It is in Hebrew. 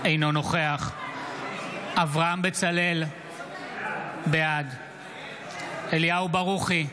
אינו נוכח אברהם בצלאל, בעד אליהו ברוכי,